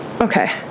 Okay